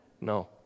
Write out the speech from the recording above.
No